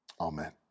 Amen